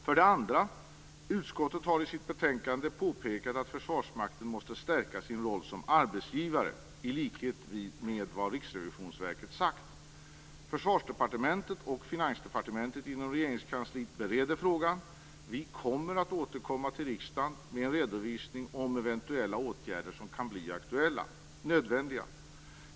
För det andra: Utskottet har i sitt betänkande påpekat att Försvarsmakten måste stärka sin roll som arbetsgivare, i likhet med vad Riksrevisionsverket sagt. Inom Regeringskansliet bereder Försvarsdepartementet och Finansdepartementet frågan. Vi kommer att återkomma till riksdagen med en redovisning om eventuella åtgärder som kan bli nödvändiga.